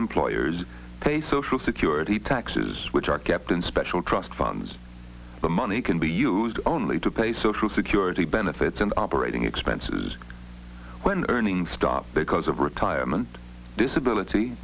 employers pay social security taxes which are kept in special trust funds the money can be used only to pay social security benefits and operating expenses when earnings start because of retirement disability